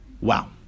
wow